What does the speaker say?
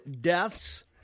deaths